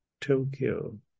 Tokyo